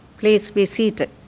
please be seated.